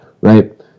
right